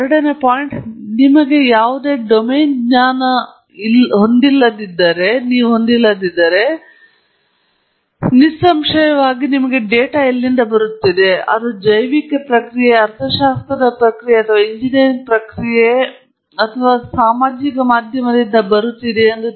ಮತ್ತು ಎರಡನೇ ಪಾಯಿಂಟ್ ನಿಮಗೆ ಯಾವುದೇ ಡೊಮೇನ್ ಜ್ಞಾನವನ್ನು ಹೊಂದಿದ್ದರೆ ಅದು ತುಂಬಾ ಮುಖ್ಯವಾಗಿದೆ ನಿಸ್ಸಂಶಯವಾಗಿ ಡೇಟಾವನ್ನು ಎಲ್ಲಿಂದ ಬರುತ್ತಿದೆ ಅದು ಜೈವಿಕ ಪ್ರಕ್ರಿಯೆ ಅರ್ಥಶಾಸ್ತ್ರದ ಪ್ರಕ್ರಿಯೆ ಅಥವಾ ಎಂಜಿನಿಯರಿಂಗ್ ಪ್ರಕ್ರಿಯೆ ಅಥವಾ ಕೆಲವು ಸಾಮಾಜಿಕ ಮಾಧ್ಯಮ ಪ್ರಕ್ರಿಯೆಯಿಂದ ಬರುತ್ತಿದೆ